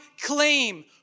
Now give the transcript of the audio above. claim